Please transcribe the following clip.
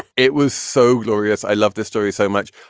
it was so glorious. i love this story so much.